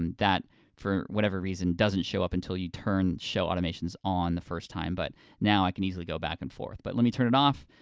and that for whatever reason doesn't show up until you turn show automations on, the first time, but now i can easily go back and forth. but let me turn it off,